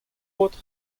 paotr